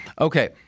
Okay